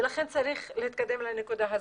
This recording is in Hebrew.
ולכן צריך להתקדם לנקודה הזאת.